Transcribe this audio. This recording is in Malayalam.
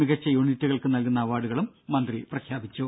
മികച്ച യൂണിറ്റുകൾക്ക് നൽകുന്ന അവാർഡുകളും മന്ത്രി പ്രഖ്യാപിച്ചു